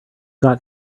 got